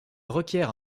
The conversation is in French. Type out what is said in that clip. requiert